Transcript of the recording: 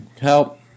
help